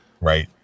Right